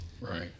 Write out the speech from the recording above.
right